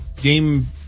game